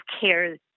care